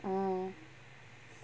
uh